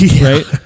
Right